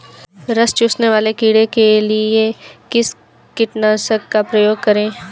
रस चूसने वाले कीड़े के लिए किस कीटनाशक का प्रयोग करें?